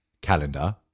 calendar